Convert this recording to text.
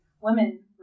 women